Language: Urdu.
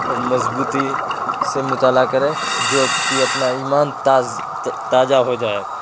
اور مضبوطی سے مطالعہ کرے جو کہ اپنا ایمان تازہ ہو جائے